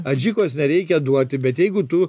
adžikos nereikia duoti bet jeigu tu